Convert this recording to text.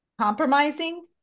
compromising